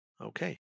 Okay